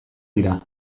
dira